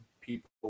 people